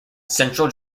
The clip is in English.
central